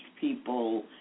people